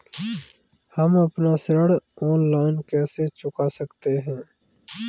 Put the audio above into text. हम अपना ऋण ऑनलाइन कैसे चुका सकते हैं?